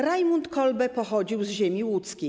Rajmund Kolbe pochodził z ziemi łódzkiej.